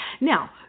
Now